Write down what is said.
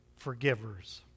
forgivers